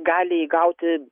gali įgauti